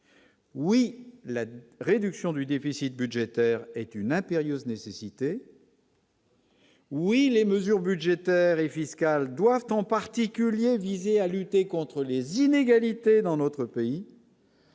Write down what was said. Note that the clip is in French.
Oui, la réduction du déficit budgétaire est une impérieuse nécessité. Oui, les mesures budgétaires et fiscales doivent en particulier visait à lutter contre les inégalités dans notre pays.